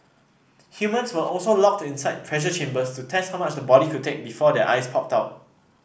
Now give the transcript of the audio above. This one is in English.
humans were also locked inside pressure chambers to test how much the body could take before their eyes popped out